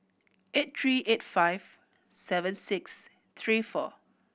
eight three eight five seven six three four